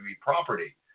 property